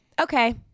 Okay